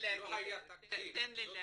תקדים.